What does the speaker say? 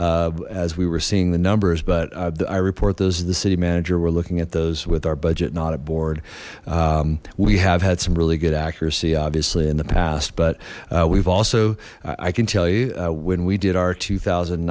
as we were seeing the numbers but i report those the city manager we're looking at those with our budget not at board we have had some really good accuracy obviously in the past but we've also i can tell you when we did our two thousand